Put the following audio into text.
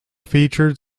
featured